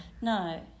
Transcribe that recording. No